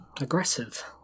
aggressive